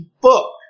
book